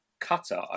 Cutter